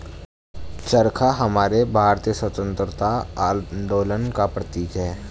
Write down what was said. चरखा हमारे भारतीय स्वतंत्रता आंदोलन का प्रतीक है